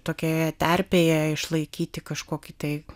tokioje terpėje išlaikyti kažkokį tai